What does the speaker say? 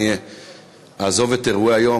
אני אעזוב את אירועי היום.